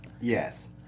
Yes